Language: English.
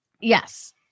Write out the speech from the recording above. Yes